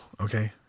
Okay